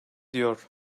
diyor